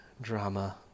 drama